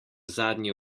zadnji